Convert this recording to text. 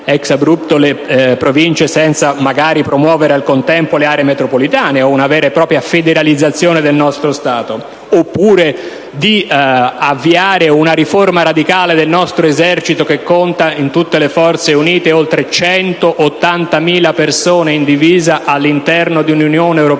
*ex abrupto* le Province senza neanche promuovere nel contempo le aree metropolitane o una vera e propria federalizzazione del nostro Stato; né si pensa di avviare una riforma radicale delle nostre Forze armate, che contano complessivamente oltre 180.000 persone in divisa, all'interno di un'Unione europea